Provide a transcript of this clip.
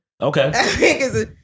Okay